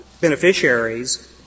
beneficiaries